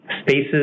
spaces